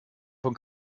von